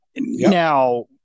Now